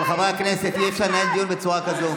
אבל חברי הכנסת, אי-אפשר לנהל דיון בצורה כזו.